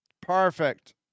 Perfect